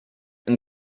and